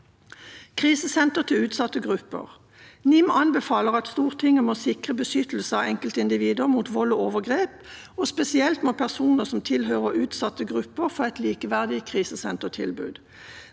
krisesenter til utsatte grupper, anbefaler NIM at Stortinget må sikre beskyttelse av enkeltindivider mot vold og overgrep. Spesielt må personer som tilhører utsatte grupper, få et likeverdig krisesentertilbud.